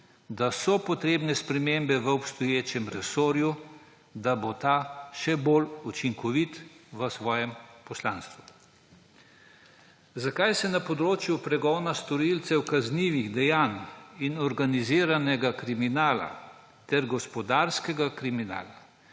da so potrebne spremembe v obstoječem resorju, da bo ta še bolj učinkovit v svojem poslanstvu. Zakaj se na področju pregona storilcev kaznivih dejanj in organiziranega kriminala ter gospodarskega kriminala